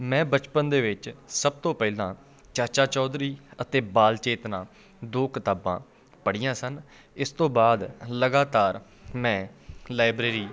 ਮੈਂ ਬਚਪਨ ਦੇ ਵਿੱਚ ਸਭ ਤੋਂ ਪਹਿਲਾਂ ਚਾਚਾ ਚੌਧਰੀ ਅਤੇ ਬਾਲ ਚੇਤਨਾ ਦੋ ਕਿਤਾਬਾਂ ਪੜ੍ਹੀਆਂ ਸਨ ਇਸ ਤੋਂ ਬਾਅਦ ਲਗਾਤਾਰ ਮੈਂ ਲਾਇਬ੍ਰੇਰੀ